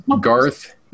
Garth